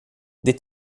ditt